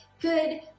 good